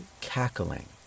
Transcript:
cackling